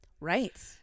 right